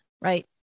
right